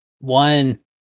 one